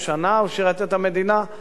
אדם שבאמת זכה